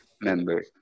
member